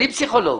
אני פסיכולוג.